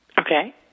Okay